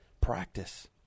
practice